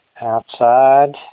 Outside